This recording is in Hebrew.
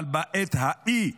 אבל בעת ההיא,